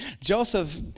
Joseph